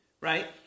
right